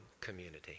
community